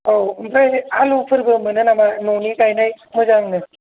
औ ओमफ्राय आलु फोरबो मोनो नामा न'नि गायनाय मोजांनो